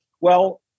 Well-